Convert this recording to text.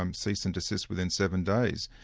um cease and desist within seven days.